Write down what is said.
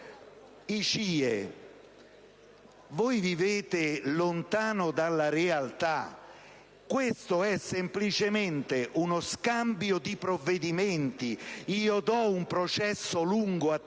CIE. Voi vivete lontani dalla realtà. Questo è semplicemente uno scambio di provvedimenti: io do un processo lungo a te e